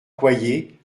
accoyer